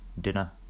Dinner